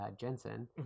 Jensen